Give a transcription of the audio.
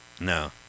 no